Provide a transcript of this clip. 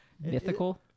Mythical